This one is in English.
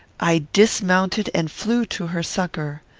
i dismounted and flew to her succour.